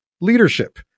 leadership